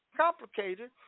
complicated